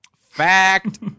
Fact